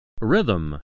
Rhythm